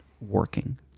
working